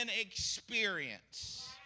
experience